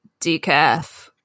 decaf